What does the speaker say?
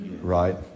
right